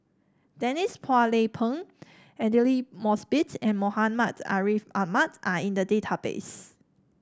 Denise Phua Lay Peng Aidli Mosbit and Muhammad Ariff Ahmad are in the database